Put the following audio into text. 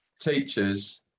teachers